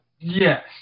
Yes